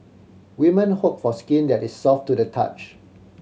women hope for skin that is soft to the touch